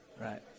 Right